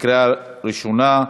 קריאה ראשונה.